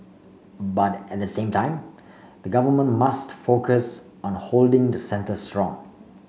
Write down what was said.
but at the same time the government must focus on holding the centre strong